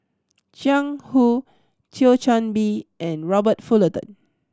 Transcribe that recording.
Jiang Hu Thio Chan Bee and Robert Fullerton